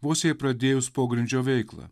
vos jai pradėjus pogrindžio veiklą